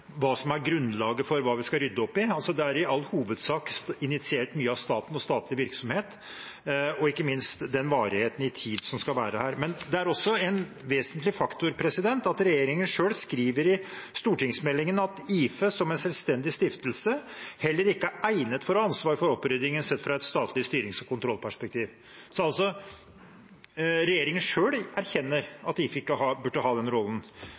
all hovedsak initiert av staten og statlig virksomhet – og ikke minst varigheten. Det er også en vesentlig faktor at regjeringen selv skriver i stortingsmeldingen at «IFE, som er en selvstendig stiftelse, heller ikke er egnet for å ha ansvar for oppryddingen sett fra et statlig styrings- og kontrollperspektiv». Regjeringen selv erkjenner at IFE ikke burde ha den rollen,